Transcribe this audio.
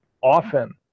often